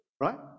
right